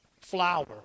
flour